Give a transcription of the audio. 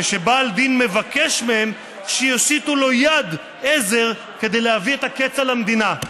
כשבעל דין מבקש מהם שיושיטו לו יד עזר כדי להביא את הקץ על המדינה.